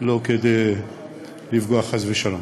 לא כדי לפגוע חס ושלום,